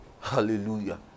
Hallelujah